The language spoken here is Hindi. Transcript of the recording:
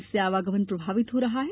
इससे आवागमन प्रभावित हो रहा है